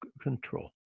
control